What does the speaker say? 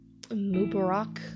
Mubarak-